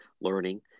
learning